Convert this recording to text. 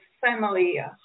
family